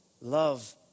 Love